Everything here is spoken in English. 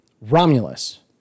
Romulus